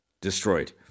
destroyed